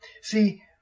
See